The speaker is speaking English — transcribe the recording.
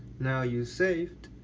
now you save